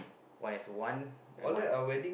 one is one and one